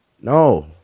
no